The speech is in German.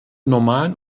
normalen